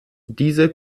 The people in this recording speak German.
diese